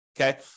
okay